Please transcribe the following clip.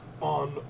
on